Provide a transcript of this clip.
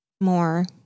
more